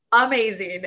amazing